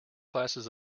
classes